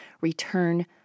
return